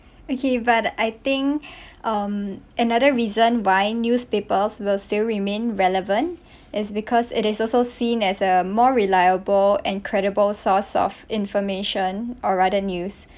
okay but I think um another reason why newspapers will still remain relevant is because it is also seen as a more reliable and credible source of information or rather news